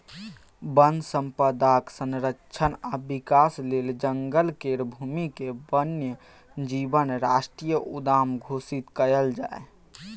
वन संपदाक संरक्षण आ विकास लेल जंगल केर भूमिकेँ वन्य जीव राष्ट्रीय उद्यान घोषित कएल जाए